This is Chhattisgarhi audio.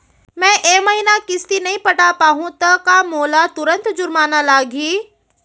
मैं ए महीना किस्ती नई पटा पाहू त का मोला तुरंत जुर्माना लागही?